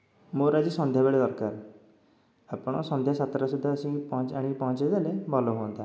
ମୋର ଆଜି ସନ୍ଧ୍ୟାବେଳେ ଦରକାର ଆପଣ ସନ୍ଧ୍ୟା ସାତଟା ସୁଦ୍ଧା ଆସି ଆଣିକି ପହଞ୍ଚାଇ ଦେଲେ ଭଲ ହୁଅନ୍ତା